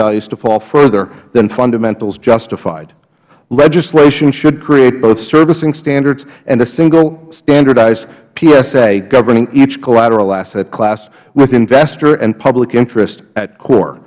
values to fall further than fundamentals justified legislation should create both servicing standards and a single standardized psa governing each collateral asset class with investor and public interest at core